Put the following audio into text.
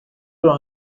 酋长